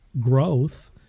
growth